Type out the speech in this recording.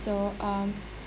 so um